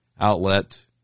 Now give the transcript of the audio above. outlet